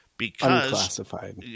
Unclassified